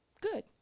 good